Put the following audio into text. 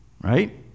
Right